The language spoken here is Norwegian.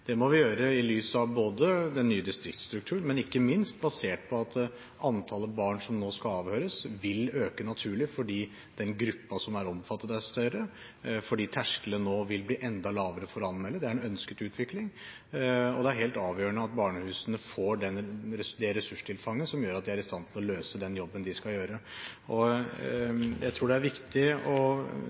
Det må vi gjøre i lys av den nye distriktsstrukturen, men ikke minst basert på at antallet barn som nå skal avhøres, vil øke naturlig – fordi den gruppen som er omfattet, er større, og fordi terskelen nå vil bli enda lavere for å anmelde. Det er en ønsket utvikling. Det er helt avgjørende at barnehusene får ressurstilfang som gjør at de er i stand til å løse den oppgaven de skal. Jeg tror det er viktig å